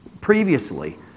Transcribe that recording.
previously